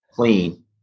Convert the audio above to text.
Clean